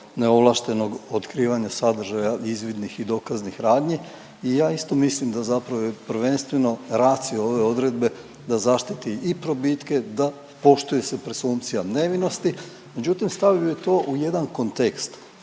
neovlaštenog otkrivanja sadržaja izvidnih i dokaznih radnji. I ja isto mislim da zapravo je prvenstveno ratio ove odredbe da zaštiti i probitke da poštuje se presumpcija nevinosti, međutim stavio bi to u jedan kontekst,